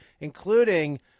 including